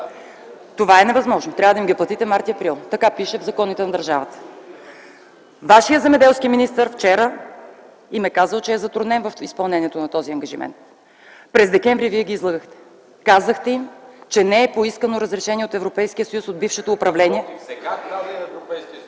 Това е невъзможно. Трябва да им ги платите през март и април. Така пише в законите на държавата. Вашият земеделски министър вчера им е казал, че е затруднен в изпълнението на този ангажимент. През декември вие ги излъгахте. Казахте им, че не е поискано разрешение от Европейския съюз – от бившето управление. МИНИСТЪР-ПРЕДСЕДАТЕЛ БОЙКО